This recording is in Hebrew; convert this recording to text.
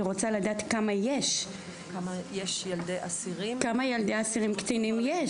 היא רוצה לדעת כמה ילדי אסירים קטינים יש.